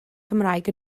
cymraeg